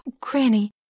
Granny